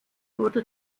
wurde